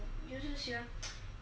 就是喜欢